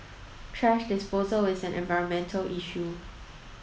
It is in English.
thrash disposal is an environmental issue